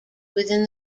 within